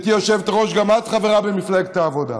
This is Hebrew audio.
גברתי היושבת-ראש, גם את חברה במפלגת העבודה: